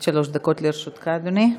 עד שלוש דקות לרשותך, אדוני.